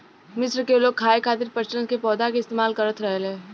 मिस्र के लोग खाये खातिर पटसन के पौधा के इस्तेमाल करत रहले